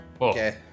Okay